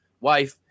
wife